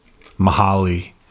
Mahali